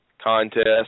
contest